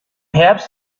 herbst